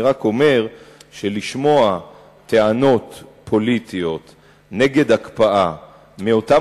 אני רק אומר שלשמוע טענות פוליטיות נגד הקפאה מאותם